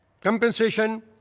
Compensation